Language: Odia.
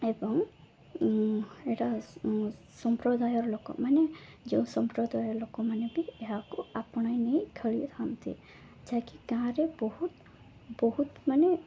ଏବଂ ଏଟା ସମ୍ପ୍ରଦାୟର ଲୋକମାନେ ଯେଉଁ ସମ୍ପ୍ରଦାୟ ଲୋକମାନେ ବି ଏହାକୁ ଆପଣାଇ ନେଇ ଖେଳିଥାନ୍ତି ଯାହାକି ଗାଁରେ ବହୁତ ବହୁତ ମାନେ